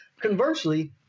Conversely